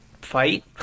fight